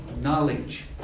knowledge